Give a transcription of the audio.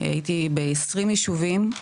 הייתי בעשרים יישובים,